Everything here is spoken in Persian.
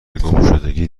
گمشدگی